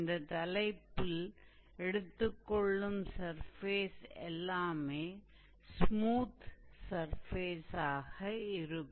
இந்தத் தலைப்பில் எடுத்துக் கொள்ளும் சர்ஃபேஸ் எல்லாமே ஸ்மூத் சர்ஃபேஸாக இருக்கும்